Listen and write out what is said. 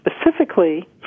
specifically